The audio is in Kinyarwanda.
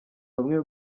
bamwe